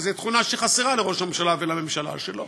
שזו תכונה שחסרה לראש הממשלה ולממשלה שלו,